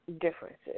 differences